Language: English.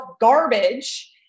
garbage